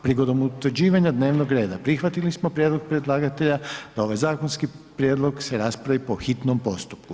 Prigodom utvrđivanja dnevnog reda prihvatili smo prijedlog predlagatelja da ovaj zakonski prijedlog se raspravi po hitno postupku.